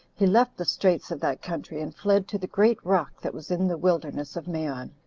he left the straits of that country, and fled to the great rock that was in the wilderness of maon.